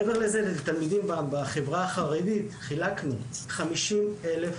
מעבר לזה לתלמידים בחברה החרדית חילקנו 50 אלף